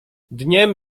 dniem